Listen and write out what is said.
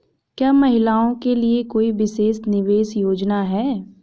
क्या महिलाओं के लिए कोई विशेष निवेश योजना है?